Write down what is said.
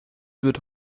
wird